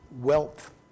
wealth